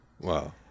Wow